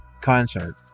concert